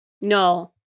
No